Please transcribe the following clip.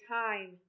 time